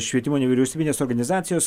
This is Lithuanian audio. švietimo nevyriausybinės organizacijos